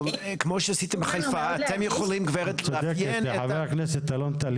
אבל כמו שעשיתם בחיפה אתם יכולים --- חבר הכנסת אלון טל,